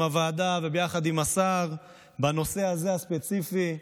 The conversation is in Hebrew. הוועדה ויחד עם השר בנושא הספציפי הזה,